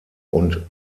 und